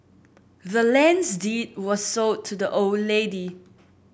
the land's deed was sold to the old lady